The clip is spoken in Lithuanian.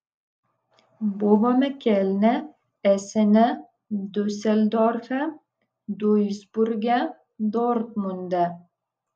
buvome kelne esene diuseldorfe duisburge dortmunde